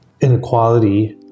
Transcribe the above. inequality